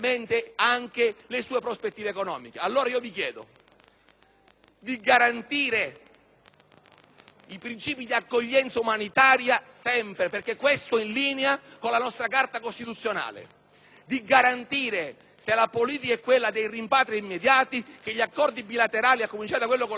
i princìpi di accoglienza umanitaria sempre, perché questo è in linea con la nostra Carta costituzionale; di garantire, se la politica è quella dei rimpatri immediati, che gli accordi bilaterali, a cominciare da quello con la Libia, siano efficaci e i rimpatri avvengano, come dice il Governo, nell'arco delle 24 ore e non dei 24 mesi;